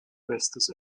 bestes